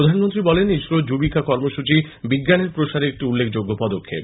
প্রধানমন্ত্রী বলেন ইসরোর যুবিকা কর্মসূচী বিজ্ঞানের প্রসারে একটি উল্লেখযোগ্য পদক্ষেপ